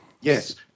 yes